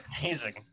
amazing